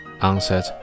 answered